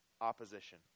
opposition